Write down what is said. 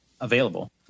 available